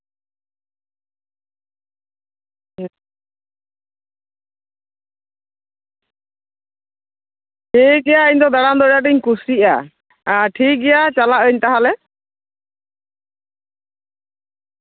ᱴᱷᱤᱠᱜᱮᱭᱟ ᱤᱧ ᱫᱚ ᱫᱟᱬᱟ ᱵᱟᱲᱟ ᱫᱩᱧ ᱠᱩᱥᱤᱭᱟᱜᱼᱟ ᱴᱷᱤᱠᱜᱮᱭᱟ ᱪᱟᱞᱟᱜᱼᱟᱹᱧ ᱛᱟᱦᱚᱞᱮ